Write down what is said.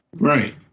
Right